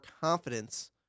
confidence